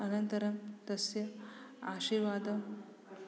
अनन्तरं तस्य आशीर्वादं